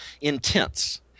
intense